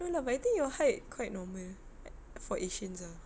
no lah but I think your height quite normal for asians ah